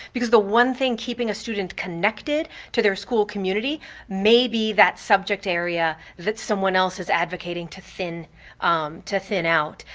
because the one thing keeping a student connected to their school may be that subject area that someone else is advocating to thin um to thin out.